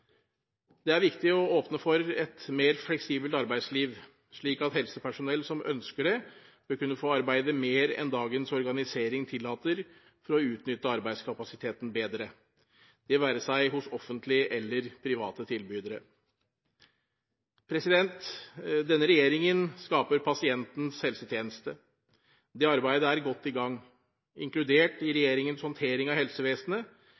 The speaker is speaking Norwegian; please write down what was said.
Det er viktig å åpne for et mer fleksibelt arbeidsliv, slik at helsepersonell som ønsker det, kan få arbeide mer enn dagens organisering tillater for å utnytte arbeidskapasiteten bedre – det være seg hos offentlige eller private tilbydere. Denne regjeringen skaper pasientens helsetjeneste. Det arbeidet er godt i gang. Inkludert i regjeringens håndtering av helsevesenet